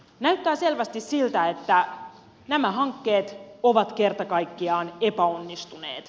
näyttää selvästi siltä että nämä hankkeet ovat kerta kaikkiaan epäonnistuneet